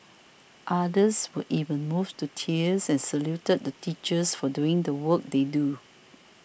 others were even moved to tears and saluted the teachers for doing the work they do